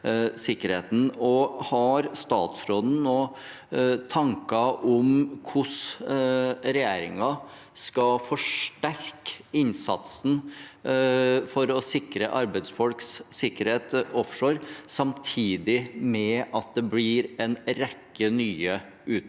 statsråden noen tanker om hvordan regjeringen skal forsterke innsatsen for å sikre arbeidsfolks sikkerhet offshore samtidig med at det blir en rekke nye utbyggingsprosjekter